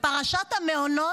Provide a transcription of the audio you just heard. בפרשת המעונות,